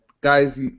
guys